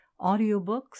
audiobooks